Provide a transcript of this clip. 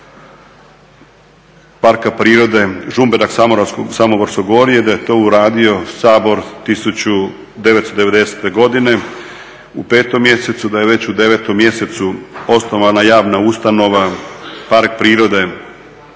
Parka prirode Žumberak Samoborsko gorje da je to uradio Sabor 1990.godine u 5.mjesecu da je već u 9.mjesecu osnovana javna ustanova park prirode.